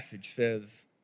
says